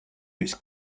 its